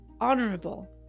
honorable